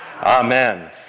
Amen